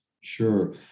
Sure